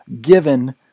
given